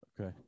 Okay